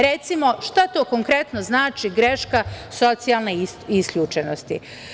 Recimo, šta to konkretno znači greška socijalne isključenosti?